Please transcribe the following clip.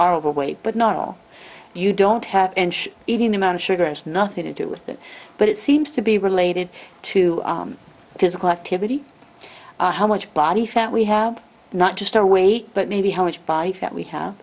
are overweight but not all you don't have even the amount of sugar and nothing to do with it but it seems to be related to physical activity how much body fat we have not just our weight but maybe how much by that we have